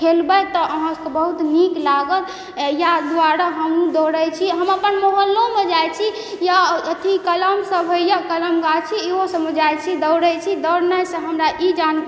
खेलबय तऽ अहाँ सबके बहुत नीक लागत इएह दुआरे हमहुँ दौड़य छी हम अपन मोहल्लोमे जाइ छी या अथी कलम सब होइए कलम गाछी इएहो सबमे जाइ छी दौड़य छी दौड़नाइसँ हमरा ई जान